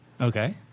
okay